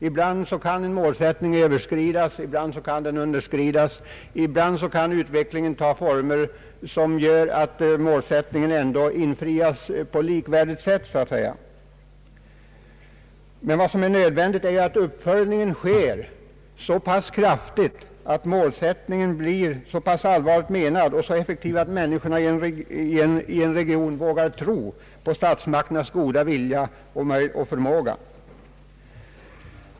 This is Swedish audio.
Ibland kan en målsättning överskridas, ibland kan den underskridas, ibland kan utvecklingen ta former som gör att målsättningen infrias i andra former som dock kan vara likvärdiga. Vad som är nödvändigt är att uppföljningen sker på ett sådant sätt att målsättningen blir så effektiv och så pass allvarligt menad att människorna i en region vågar tro på statsmakternas goda vilja och förmåga.